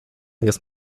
jest